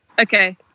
Okay